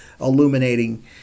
illuminating